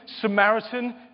Samaritan